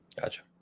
gotcha